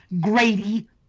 Grady